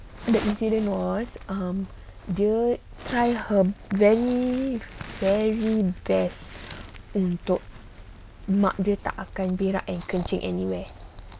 the incident was um dia try her very very best untuk mak dia tak akan berak dan kencing anywhere